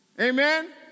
Amen